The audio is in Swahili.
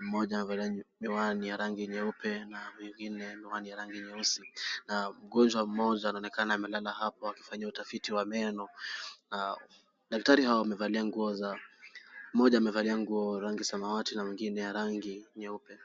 Mmoja amevalia miwani ya rangi nyeupe na mwingine miwani ya rangi nyeusi. Na mgonjwa mmoja anaonekana amelala hapo akifanyiwa utafiti wa meno naa daktari hawa wamevalia nguo za, mmoja amevalia nguo za rangi ya samawati na mwingine rangi nyeupe.